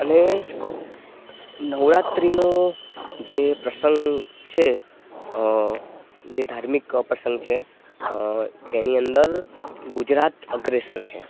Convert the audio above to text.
અને નવરાત્રિનો જે પ્રસંગ છે જે ધાર્મિક પ્રસંગ છે તેની અંદર ગુજરાત અગ્રેસર છે